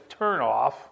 turnoff